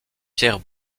pierre